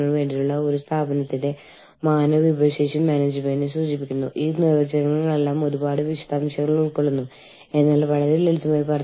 എനിക്ക് വളരെ പരിചിതമായ ഐഐടിയിൽ നമ്മൾ ഇവിടെ ഉപയോഗിക്കുന്ന ഒരു പ്രോഗ്രാമിനെ എന്റർപ്രൈസ് റിസോഴ്സ് പ്ലാനിംഗ് പ്രോഗ്രാം എന്ന് വിളിക്കുന്നു ഇത് ERP ആണ് സാധാരണയായി ERP എന്നറിയപ്പെടുന്നു